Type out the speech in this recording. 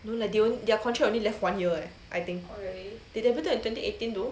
no lah they only their contract only left one year leh I think they debuted in twenty eighteen though